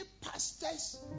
pastors